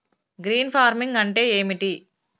Green farming అంటే ఏమిటి?